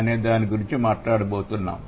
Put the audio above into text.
అనే దాని గురించి మాట్లాడబోతున్నాము